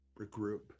regroup